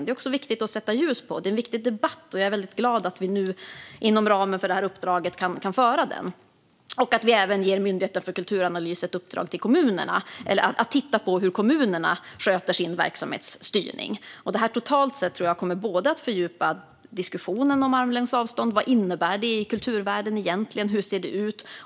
Även detta är viktigt att sätta ljus på. Det här är en viktig debatt. Jag är väldigt glad över att vi inom ramen för uppdraget kan föra den. Vi ger även Myndigheten för kulturanalys i uppdrag att titta på hur kommunerna sköter sin verksamhetsstyrning. Totalt sett tror jag att detta kommer att fördjupa diskussionen om armlängds avstånd. Vad innebär det egentligen i kulturvärlden? Hur ser det ut?